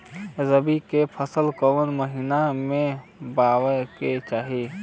रबी की फसल कौने महिना में बोवे के चाही?